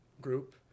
group